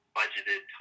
budgeted